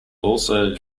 also